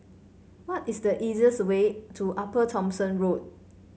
what is the easiest way to Upper Thomson Road